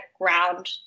ground